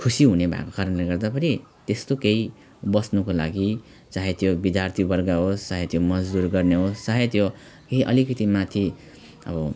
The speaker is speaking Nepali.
खुसी हुने भएको कारणले गर्दा फेरि त्यस्तो केही बस्नको लागि चाहे त्यो विद्यार्थीवर्ग होस् चाहे त्यो मजदुर गर्ने होस् चाहे त्यो केही अलिकति माथि अब